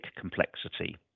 complexity